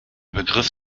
begriff